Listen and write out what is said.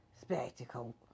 spectacle